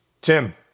Tim